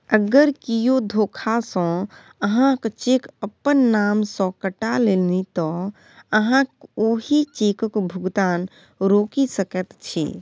अगर कियो धोखासँ अहाँक चेक अपन नाम सँ कटा लेलनि तँ अहाँ ओहि चेकक भुगतान रोकि सकैत छी